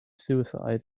suicide